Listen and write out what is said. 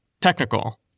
technical